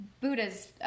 buddhas